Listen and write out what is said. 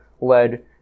led